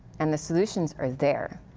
and the solutions are there.